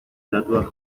datuak